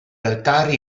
altari